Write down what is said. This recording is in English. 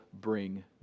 bring